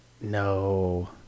No